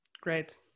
Great